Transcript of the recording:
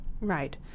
Right